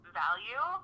value